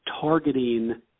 targeting